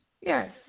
yes